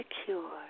secure